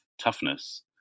toughness